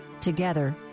Together